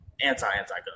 anti-anti-gun